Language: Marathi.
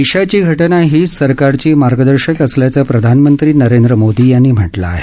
देशाची घटना हीच सरकारची मार्गदर्शक असल्याचं प्रधानमंत्री नरेंद्र मोदी यांनी म्हटलं आहे